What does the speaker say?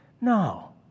No